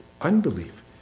unbelief